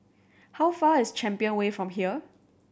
how far is Champion Way from here